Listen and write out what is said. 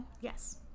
Yes